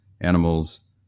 animals